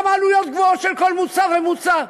גם עלויות גבוהות של כל מוצר ומוצר,